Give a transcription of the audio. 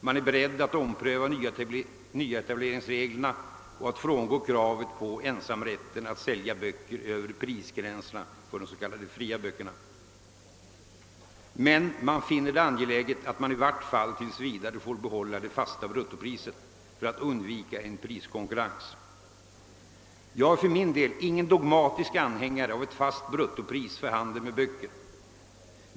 Man är beredd att ompröva nyetableringsreglerna och att frångå kravet på ensamrätten att sälja böcker över prisgränserna för de s.k. fria böckerna. Men man finner det angeläget att i vart fall tills vidare få behålla det fasta bruttopriset för att undvika en priskonkurrens. Jag är för min del ingen dogmatisk anhängare av ett fast bruttopris för handeln med böcker.